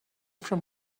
from